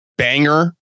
Banger